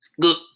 good